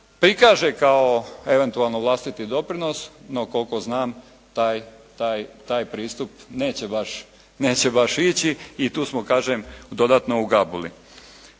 prikaže kao eventualno vlastiti doprinos, no koliko znam taj pristup neće baš, neće baš ići i tu smo kažem dodatno u gabuli.